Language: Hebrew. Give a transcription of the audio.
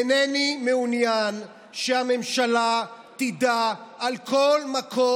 אינני מעוניין שהממשלה תדע על כל מקום